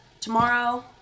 tomorrow